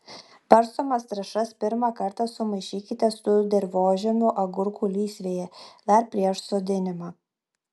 barstomas trąšas pirmą kartą sumaišykite su dirvožemiu agurkų lysvėje dar prieš sodinimą